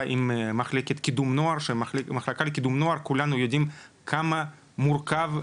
עם מחלקת קידום נוער וכולנו יודעים כמה המחלקה הזו מורכבת,